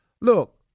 Look